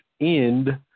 end